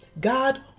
God